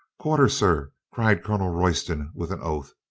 quarter, sir, cried colonel royston with an oath,